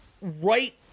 right